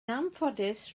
anffodus